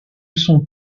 sont